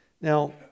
Now